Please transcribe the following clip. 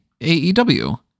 AEW